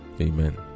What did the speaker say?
Amen